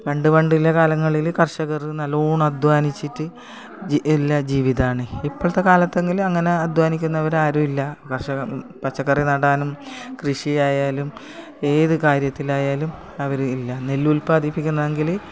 പണ്ട് പണ്ടുള്ള കാലങ്ങളിൽ കർഷകർ നല്ലവണ്ണം അധ്വാനിച്ചിട്ട് ജീ ഇല്ല ജീവിതമാണ് ഇപ്പോളത്തെ കാലത്തെങ്കിൽ അങ്ങനെ അധ്വാനിക്കുന്നവർ ആരുമില്ല കർഷകർ പച്ചക്കറി നടാനും കൃഷിയായാലും ഏത് കാര്യത്തിലായാലും അവർ ഇല്ല നെല്ല് ഉൽപ്പാദിപ്പിക്കുന്നെങ്കിൽ